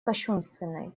кощунственной